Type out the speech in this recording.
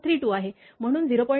32 आहे म्हणून 0